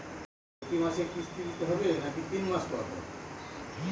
conveyor belt হচ্ছে এক ধরনের যন্ত্র যেটা খাদ্য কারখানায় ব্যবহার করা হয়